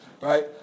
right